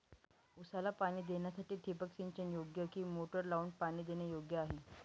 ऊसाला पाणी देण्यासाठी ठिबक सिंचन योग्य कि मोटर लावून पाणी देणे योग्य आहे?